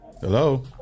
Hello